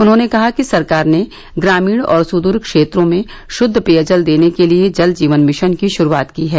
उन्होंने कहा कि सरकार ने ग्रामीण और सुद्र क्षेत्रों में शुद्ध पेयजल देने के लिये जल जीवन मिशन की शुरूआत की है